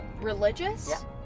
religious